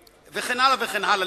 וכן הלאה וכן הלאה.